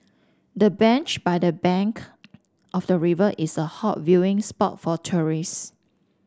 the bench by the bank of the river is a hot viewing spot for tourist